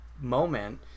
moment